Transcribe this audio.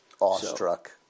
Awestruck